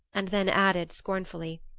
and then added scornfully,